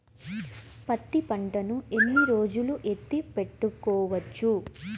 పత్తి పంటను ఎన్ని రోజులు ఎత్తి పెట్టుకోవచ్చు?